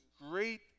great